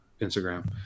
Instagram